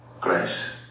Grace